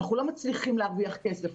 אנחנו לא מצליחים להרוויח כסף.